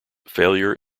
failure